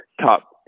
top